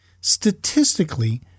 Statistically